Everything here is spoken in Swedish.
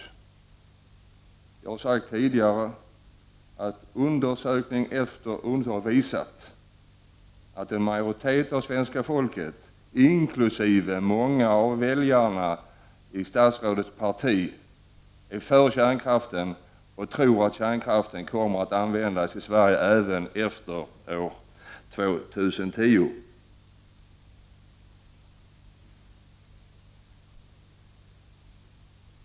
Jag har sagt tidigare att undersökning efter undersökning visat att en majoritet av svenska folket, inkl. många av väljarna i statsrådets parti, är för kärnkraften och tror att kärnkraften kommer att användas i Sverige även efter år 2010.